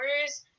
hours